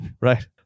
right